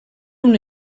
una